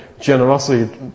generosity